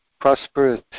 prosperous